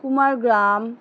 Kumargram